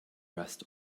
rest